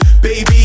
Baby